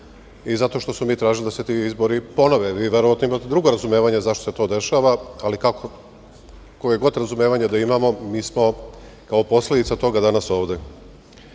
i zato što smo mi tražili da se ti izbori ponove. Vi verovatno imate drugo razumevanje zašto se to dešava, ali koje god razumevanje da imamo, mi smo kao posledica toga danas ovde.U